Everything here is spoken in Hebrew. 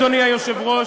אדוני היושב-ראש,